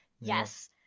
Yes